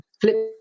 flip